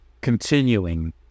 continuing